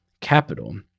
capital